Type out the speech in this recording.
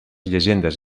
llegendes